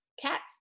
Cats